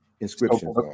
inscriptions